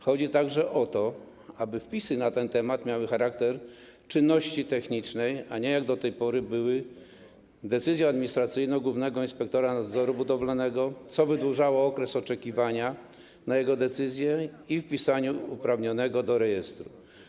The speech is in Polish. Chodzi także o to, aby wpisy na ten temat miały charakter czynności technicznej, a nie jak do tej pory były decyzją administracyjną głównego inspektora nadzoru budowlanego, co wydłużało okres oczekiwania na decyzję i wpisania uprawnionego do rejestru.